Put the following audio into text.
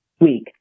week